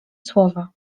słowa